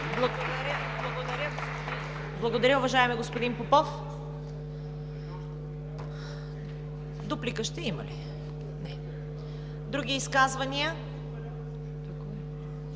Благодаря, уважаеми господин Попов. Дуплика ще има ли? Не. Други изказвания?